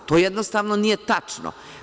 To jednostavno nije tačno.